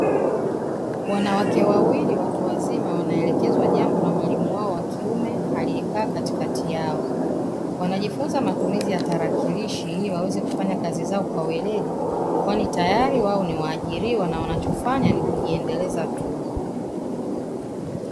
Wanawake wawili watu wazima wanaelekezwa jambo na mwalimu wao wa kiume aliyekaa katikati yao, wanajifunza matumizi ya tarakilishi ili waweze kufanya kazi zao kwa weledi kwani tayari wao ni waajiriwa na wanachofanya ni kujiendeleza tu.